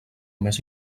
més